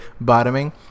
bottoming